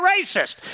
racist